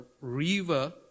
river